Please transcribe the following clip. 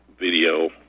video